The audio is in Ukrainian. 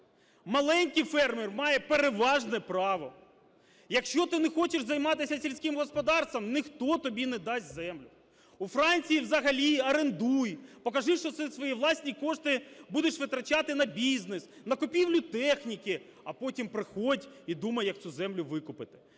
маленький фермер має переважне право. Якщо ти не хочеш займатися сільським господарством, ніхто тобі не дасть землю. У Франції взагалі орендуй, покажи, що ти свої власні кошти будеш витрачати на бізнес, на купівлю техніки, а потім приходь і думай, як цю землю викупити.